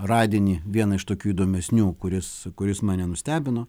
radinį vieną iš tokių įdomesnių kuris kuris mane nustebino